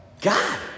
God